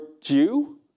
Jew